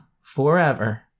forever